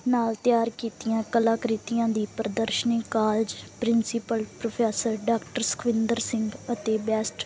ਨਾਲ ਤਿਆਰ ਕੀਤੀਆਂ ਕਲਾ ਕ੍ਰਿਤੀਆਂ ਦੀ ਪ੍ਰਦਰਸ਼ਨੀ college principal professor doctor Sukhwinder Singh ਅਤੇ ਬੈਸਟ